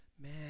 man